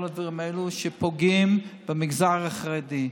את כל הדברים האלו שפוגעים במגזר החרדי.